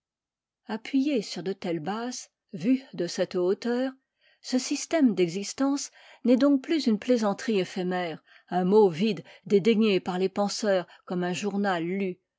appuvé sur de telles bases vu de cette hauteur ce système d'existence n'est donc plus une plaisanterie éphémère un mot vide dédaigné par les penseurs comme un journal lu